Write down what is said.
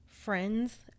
Friends